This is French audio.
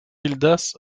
gildas